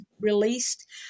released